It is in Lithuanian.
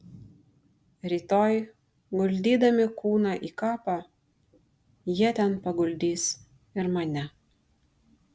rytoj guldydami kūną į kapą jie ten paguldys ir mane